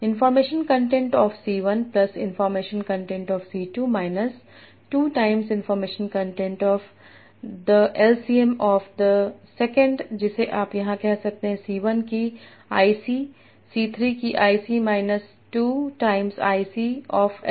information content of C1 plus information content of C2 minus 2 time information content of the LCM of the second जिसे आप यहाँ कह सकते हैं c 1 की IC c 3 की IC minus two times IC of LCs